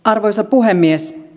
arvoisa puhemies